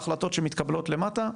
ההחלטות שמתקבלות למטה,